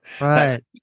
right